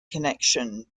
connection